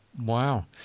Wow